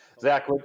zach